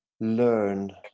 learn